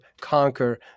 conquer